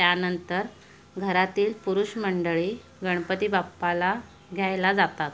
त्यानंतर घरातील पुरुष मंडळी गणपती बाप्पाला घ्यायला जातात